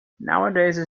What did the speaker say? nowadays